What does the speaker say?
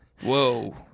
Whoa